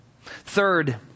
Third